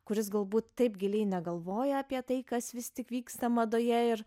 kuris galbūt taip giliai negalvoja apie tai kas vis tik vyksta madoje ir